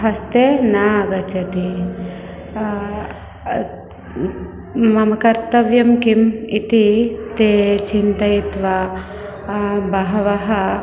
हस्ते न आगच्छति मम कर्तव्यं किम् इति ते चिन्तयित्वा बहवः